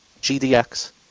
GDX